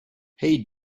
hey